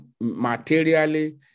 materially